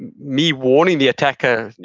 and me warning the attacker,